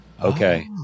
Okay